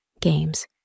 games